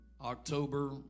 October